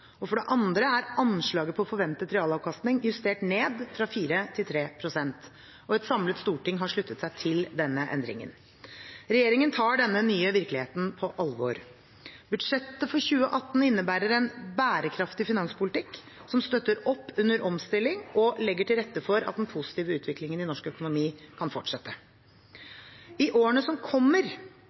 staten. For det andre er anslaget på forventet realavkastning justert ned fra 4 pst. til 3 pst. Et samlet storting har sluttet seg til denne endringen. Regjeringen tar denne nye virkeligheten på alvor. Budsjettet for 2018 innebærer en bærekraftig finanspolitikk, som støtter opp under omstilling og legger til rette for at den positive utviklingen i norsk økonomi kan fortsette. I årene som kommer,